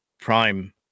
Prime